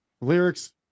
Lyrics